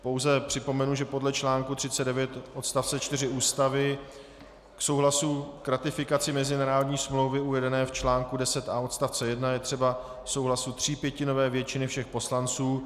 Pouze připomenu, že podle článku 39 odst. 4 Ústavy k ratifikaci mezinárodní smlouvy uvedené v článku 10a odst. 1 je třeba souhlasu třípětinové většiny všech poslanců.